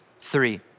three